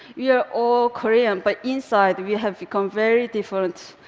we are all korean, but inside, we have become very different,